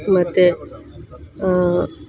ಮತ್ತೆ